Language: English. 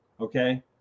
Okay